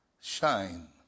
shine